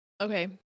Okay